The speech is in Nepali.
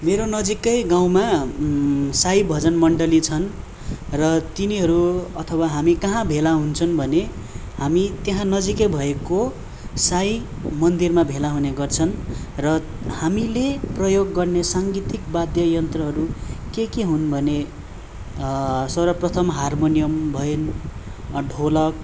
मेरो नजिककै गाउँमा साई भजन मन्डली छन् र तिनीहरू अथवा हामी कहाँ भेला हुन्छौँ भने हामी त्यहाँ नजिकै भएको साई मन्दिरमा भेला हुनेगर्छौँ र हामीले प्रयोग गर्ने साङ्गितिक वाद्य यन्त्रहरू के के हुन् भने सर्वप्रथम हारमोनियम भयेन ढोलक